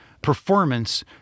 performance